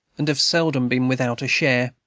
and have seldom been without a share,